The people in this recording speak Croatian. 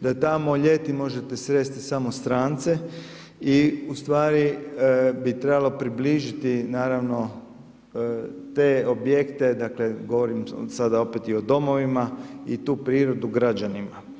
da tamo ljeti možete sresti samo strance i ustvari bi trebalo približiti te objekte, dakle govorim sada opet o domovima i tu prirodu građanima.